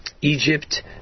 Egypt